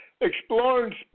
exploring